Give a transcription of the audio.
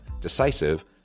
decisive